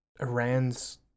Iran's